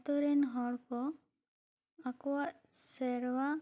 ᱟᱛᱳ ᱨᱮᱱ ᱦᱚᱲ ᱠᱚ ᱟᱠᱚᱣᱟᱜ ᱥᱮᱨᱣᱟ